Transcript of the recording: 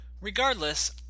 Regardless